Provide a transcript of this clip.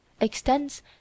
extends